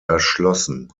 erschlossen